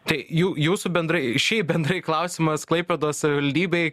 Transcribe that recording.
tai jū jūsų bendrai šiaip bendrai klausimas klaipėdos savivaldybei iki kiekio